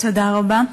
תודה רבה.